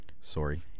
Sorry